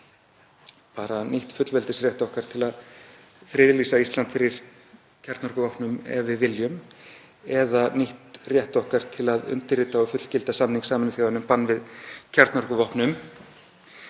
ríki nýtt fullveldisrétt okkar til að friðlýsa Ísland fyrir kjarnorkuvopnum ef við viljum eða nýtt rétt okkar til að undirrita og fullgilda samning Sameinuðu þjóðanna um bann við kjarnorkuvopnum,